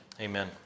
Amen